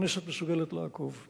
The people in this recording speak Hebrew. הכנסת מסוגלת לעקוב.